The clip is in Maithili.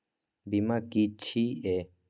बीमा की छी ये?